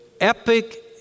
epic